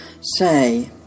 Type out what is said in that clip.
say